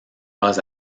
pas